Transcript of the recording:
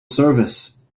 service